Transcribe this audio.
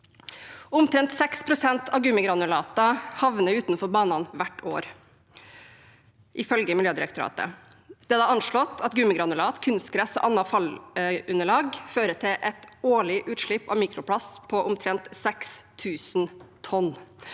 Omtrent 6 pst. av gummigranulatet havner utenfor banene hvert år, ifølge Miljødirektoratet. Det er anslått at gummigranulat, kunstgress og annet fallunderlag fører til et årlig utslipp av mikroplast på omtrent 6 000 tonn.